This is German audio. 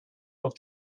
auf